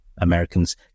Americans